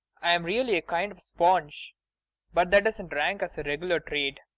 i'm really a kind of sponge but that doesn't rank as a regular trade.